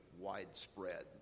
widespread